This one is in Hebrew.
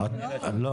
לא.